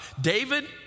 David